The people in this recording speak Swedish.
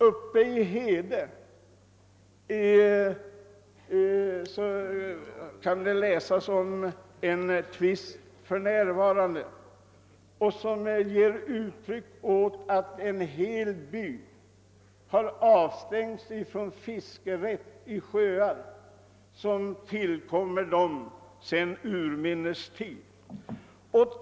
Uppe i Hede kan man för närvarande läsa om en tvist som gäller att en hel bygd har avstängts från fiskerätt i sjöar som tillkommer befolkningen där sedan urminnes tider.